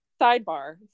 Sidebar